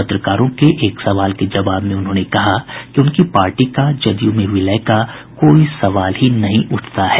पत्रकारों के एक सवाल के जवाब में उन्होंने कहा कि उनकी पार्टी का जदयू में विलय में का कोई सवाल ही नहीं उठता है